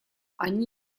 они